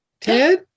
Ted